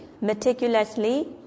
meticulously